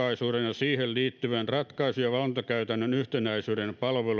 siihen liittyvän ratkaisu ja valvontakäytännön yhtenäisyyden palvelujen